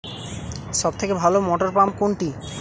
সবথেকে ভালো মটরপাম্প কোনটি?